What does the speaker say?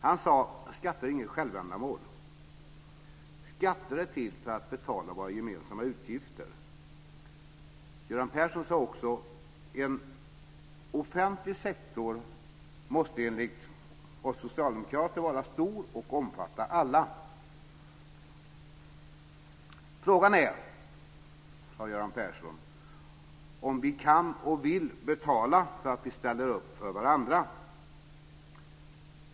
Han sade: Skatter är inget självändamål Skatter är till för att betala våra gemensamma utgifter. Göran Persson sade också: En offentlig sektor måste enligt oss socialdemokrater vara stor och omfatta alla. Frågan är, sade Göran Persson, om vi kan och vill betala för att vi ställer upp för varandra.